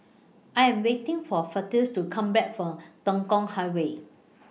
I Am waiting For Festus to Come Back from Tekong Highway